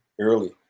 early